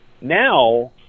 now